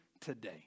today